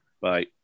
Bye